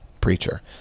preacher